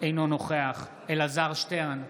אינו נוכח אלעזר שטרן,